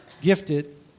gifted